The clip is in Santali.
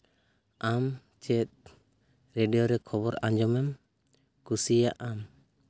ᱟᱢ ᱪᱮᱫ ᱨᱮᱰᱤᱭᱳ ᱨᱮ ᱠᱷᱚᱵᱚᱨᱮᱢ ᱟᱸᱡᱚᱢᱮᱢ ᱠᱩᱥᱤᱭᱟᱜᱼᱟ